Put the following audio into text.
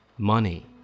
Money